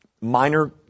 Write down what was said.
minor